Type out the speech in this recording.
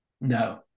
No